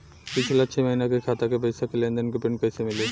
पिछला छह महीना के खाता के पइसा के लेन देन के प्रींट कइसे मिली?